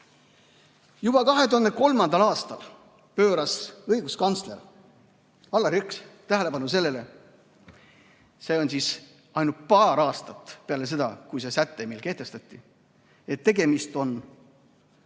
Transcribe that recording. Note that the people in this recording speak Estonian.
Juba 2003. aastal pööras õiguskantsler Allar Jõks tähelepanu sellele – see oli ainult paar aastat peale seda, kui see säte meil kehtestati –, et tegemist on tõenäoliselt